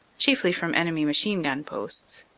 chiefly from enemy machine gun posts.